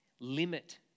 limit